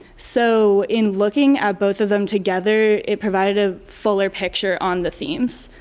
so, in looking at both of them together it provided a fuller picture on the themes.